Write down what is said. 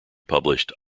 published